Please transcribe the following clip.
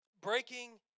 Breaking